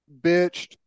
bitched